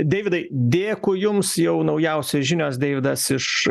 deividai dėkui jums jau naujausios žinios deividas iš